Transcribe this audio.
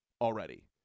already